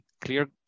clear